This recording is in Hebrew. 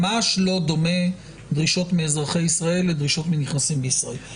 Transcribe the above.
ממש לא דומות הדרישות מאזרחי ישראל לדרישות לנכנסים לישראל.